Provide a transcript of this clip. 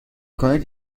کنید